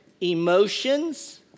emotions